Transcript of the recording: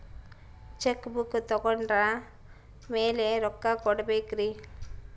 Check book ತೊಗೊಂಡ್ರ ಮ್ಯಾಲೆ ರೊಕ್ಕ ಕೊಡಬೇಕರಿ?